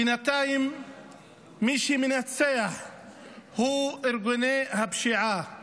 בינתיים מי שמנצח הם ארגוני הפשיעה,